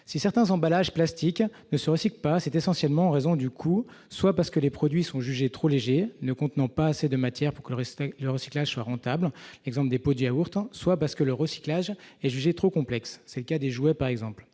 si certains emballages plastiques ne se recycle pas, c'est essentiellement en raison du coût, soit parce que les produits sont jugés trop léger ne contenant pas assez de matière pour qu'le respecte le recyclage soit rentable, exemple des pot d'yaourt en soi parce que le recyclage est jugé trop complexe, c'est le cas des jouets, par exemple,